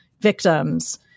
victims